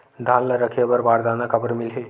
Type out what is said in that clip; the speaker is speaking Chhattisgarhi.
धान ल रखे बर बारदाना काबर मिलही?